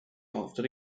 after